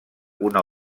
una